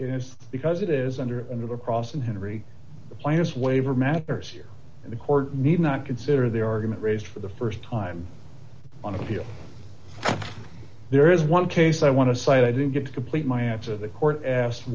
is because it is under under the cross and henry plants waiver matters here in the court need not consider the argument raised for the st time on appeal there is one case i want to cite i didn't get to complete my answer the court asked